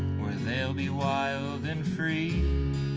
where they'll be wild and free